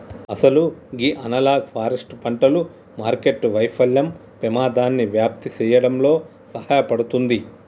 అసలు గీ analog forest పంటలు మార్కెట్టు వైఫల్యం పెమాదాన్ని వ్యాప్తి సేయడంలో సహాయపడుతుంది